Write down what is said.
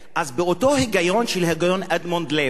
אז באותו היגיון של הגיון אדמונד לוי,